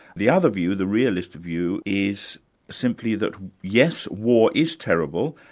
the other view, the realistic view is simply that yes, war is terrible,